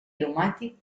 aromàtic